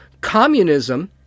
Communism